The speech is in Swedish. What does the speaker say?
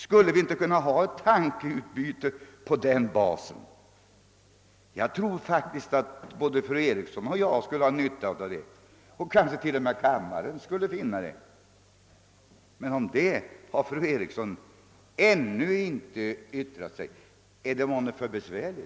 Skulle vi inte kunna ha ett tankeutbyte på den basen? Jag tror faktiskt att både fru Eriksson och jag skulle ha nytta av det, och kanske t.o.m. kammaren skulle finna det. Om detta har fru Eriksson emellertid ännu inte yttrat sig. är det månne för besvärligt?